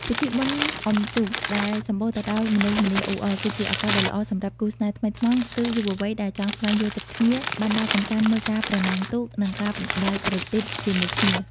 ពិធីបុណ្យអុំទូកដែលសម្បូរទៅដោយមនុស្សម្នាអ៊ូអរ គឺជាឱកាសដ៏ល្អសម្រាប់គូស្នេហ៍ថ្មីថ្មោង ឬយុវវ័យដែលចង់ស្វែងយល់ចិត្តគ្នា បានដើរកម្សាន្តមើលការប្រណាំងទូក និងការបណ្ដែតប្រទីបជាមួយគ្នា។